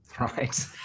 right